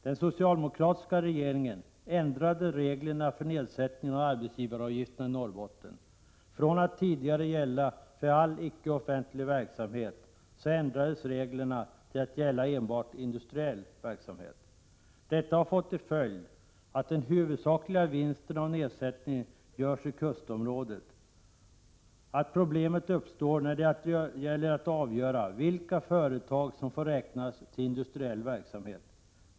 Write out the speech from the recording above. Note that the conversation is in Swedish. Den socialdemokratiska regeringen ändrade reglerna för nedsättningen av arbetsgivaravgifterna i Norrbotten. Från att tidigare gälla för all ickeoffentlig verksamhet ändrades reglerna till att gälla enbart industriell verksamhet. Detta har fått till följd att den huvudsakliga vinsten av nedsättningen görs i kustområdet och att problem uppstår när det gäller att avgöra vilka företag som får räknas till industriell verksamhet.